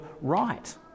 right